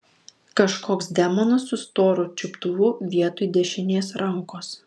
kažkoks demonas su storu čiuptuvu vietoj dešinės rankos